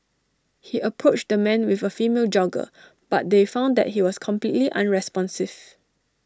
he approached the man with A female jogger but they found that he was completely unresponsive